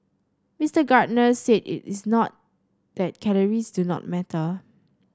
Mister Gardner said it is not that calories do not matter